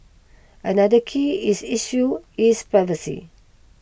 another key is issue is privacy